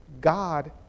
God